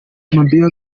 mabior